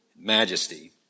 majesty